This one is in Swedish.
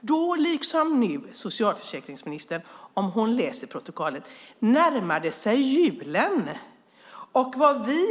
Om socialförsäkringsministern läser protokollet kan hon se att julen då liksom nu närmade sig.